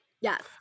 Yes